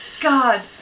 God